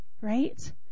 Right